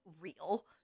real